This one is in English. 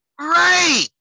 Right